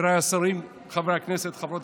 אדוני השר, חבריי חברי